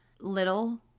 little